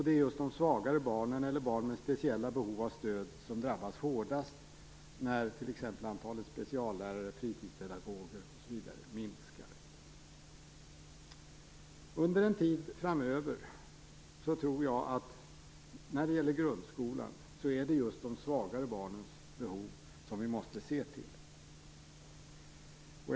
Det är just de svagare barnen eller barn med speciella behov av stöd som drabbas hårdast när t.ex. antalet speciallärare, fritidspedagoger osv. minskar. Under en tid framöver tror jag att vi måste se till de svagare barnens behov i grundskolan.